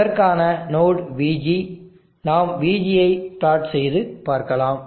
அதற்கான node VG நாம் VG ஐ பிளாட் செய்து பார்க்கலாம்